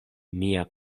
mia